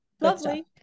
Lovely